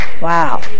Wow